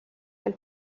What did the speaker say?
del